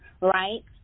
right